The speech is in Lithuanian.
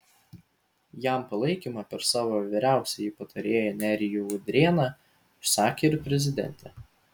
jam palaikymą per savo vyriausiąjį patarėją nerijų udrėną išsakė ir prezidentė